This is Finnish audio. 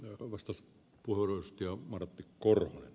joko vastus puolusti o martti korhonen